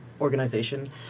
organization